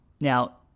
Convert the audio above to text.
Now